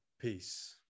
Peace